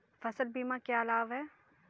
फसल बीमा के क्या लाभ हैं?